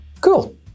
Cool